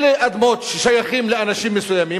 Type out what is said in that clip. אלה אדמות ששייכות לאנשים מסוימים,